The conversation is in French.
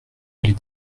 les